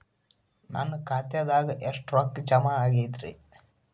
ನನ್ನ ಖಾತೆದಾಗ ಎಷ್ಟ ರೊಕ್ಕಾ ಜಮಾ ಆಗೇದ್ರಿ?